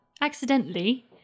accidentally